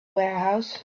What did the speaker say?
warehouse